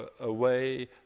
away